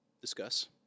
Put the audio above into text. discuss